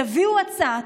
תביאו הצעה,